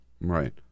Right